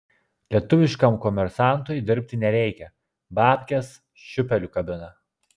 lietuviškam komersantui dirbti nereikia babkes šiūpeliu kabina